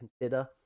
consider